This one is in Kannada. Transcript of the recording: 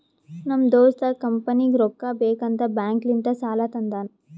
ನಮ್ ದೋಸ್ತ ಕಂಪನಿಗ್ ರೊಕ್ಕಾ ಬೇಕ್ ಅಂತ್ ಬ್ಯಾಂಕ್ ಲಿಂತ ಸಾಲಾ ತಂದಾನ್